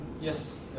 Yes